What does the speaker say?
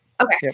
Okay